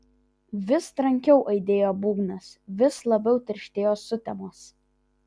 vis trankiau aidėjo būgnas vis labiau tirštėjo sutemos